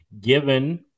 given